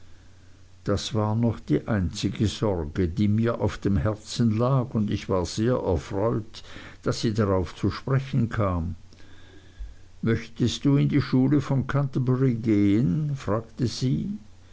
das war noch die einzige sorge die mir auf dem herzen lag und ich war sehr erfreut daß sie darauf zu sprechen kam möchtest du in die schule von canterbury gehen fragte sie